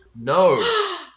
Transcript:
No